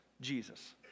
Jesus